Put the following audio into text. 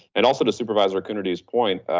and also the supervisor coonerty's point.